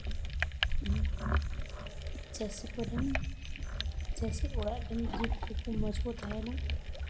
ᱪᱟᱹᱥᱤ ᱠᱚᱨᱮᱱ ᱪᱟᱹᱥᱤ ᱚᱲᱟᱜ ᱨᱮᱱ ᱡᱤᱵᱽ ᱠᱚᱠᱚ ᱢᱚᱡᱽ ᱠᱚ ᱛᱟᱦᱮᱱᱟ